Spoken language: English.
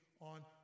on